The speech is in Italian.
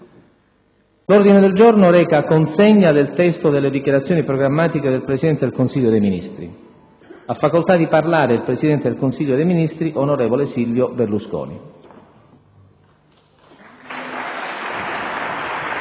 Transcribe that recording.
L'ordine del giorno reca: «Consegna del testo delle dichiarazioni programmatiche del Presidente del Consiglio dei ministri». Ha facoltà di parlare il presidente del Consiglio dei ministri, onorevole Silvio Berlusconi.